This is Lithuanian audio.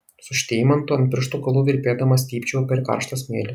su šteimantu ant pirštų galų virpėdama stypčiojau per karštą smėlį